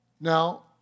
Now